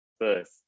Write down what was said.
first